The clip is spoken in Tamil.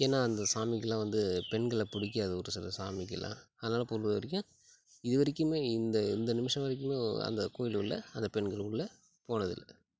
ஏன்னால் அந்த சாமிக்கிலாம் வந்து பெண்களை பிடிக்காது ஒரு சில சாமிக்கிலாம் அதனால் போகும்போதுவரைக்கு இதுவரைக்குமே இந்த இந்த நிமிஷம் வரைக்குமே அந்த கோயிலுள்ளே அந்த பெண்கள் உள்ளே போனதுல்லை